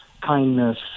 kindness